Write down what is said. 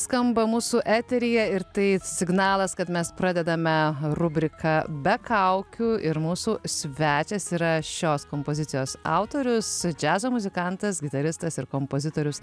skamba mūsų eteryje ir tai signalas kad mes pradedame rubriką be kaukių ir mūsų svečias yra šios kompozicijos autorius džiazo muzikantas gitaristas ir kompozitorius